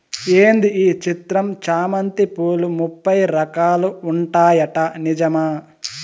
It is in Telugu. ఏంది ఈ చిత్రం చామంతి పూలు ముప్పై రకాలు ఉంటాయట నిజమా